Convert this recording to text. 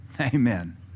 Amen